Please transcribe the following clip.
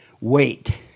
wait